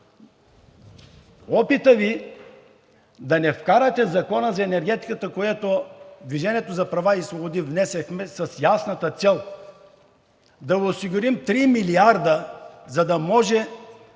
опита Ви да не вкарате Закона за енергетиката, който „Движение за права и свободи“ внесохме с ясната цел да осигурим 3 милиарда, за да може